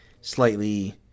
slightly